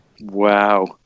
Wow